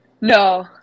No